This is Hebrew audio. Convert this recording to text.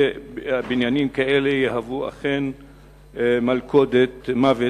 ובניינים כאלה יהוו אכן מלכודת מוות.